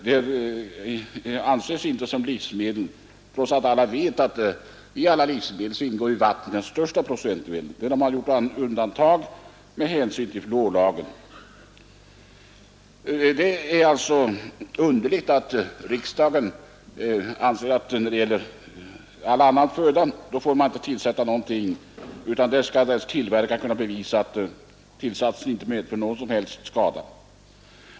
Det anses inte vara ett livsmedel, trots att alla vet att vatten ingår som den största beståndsdelen i alla livsmedel. Detta undantag har alltså gjorts med hänsyn till fluorlagen. Det är underligt när riksdagen anser att man då det gäller all annan föda inte får tillsätta någonting utan att tillverkaren kan visa att tillsatsen inte medför någon som helst skada.